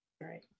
Right